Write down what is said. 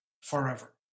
forever